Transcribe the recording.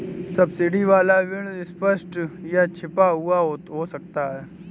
subsidy वाला ऋण स्पष्ट या छिपा हुआ हो सकता है